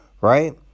right